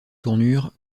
tournure